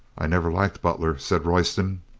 i never liked butler, said royston.